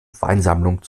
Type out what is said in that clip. weinsammlung